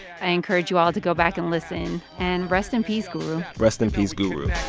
i encourage you all to go back and listen. and rest in peace, guru rest in peace, guru